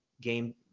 game